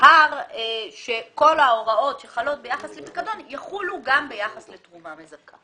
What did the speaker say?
ויובהר שכל ההוראות שחלות ביחס לפיקדון יחולו גם ביחס לתרומה מזכה.